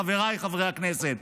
חבריי חברי הכנסת.